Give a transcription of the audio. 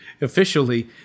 officially